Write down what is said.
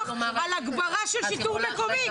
על הגברה של שיטור מקומי,